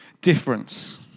difference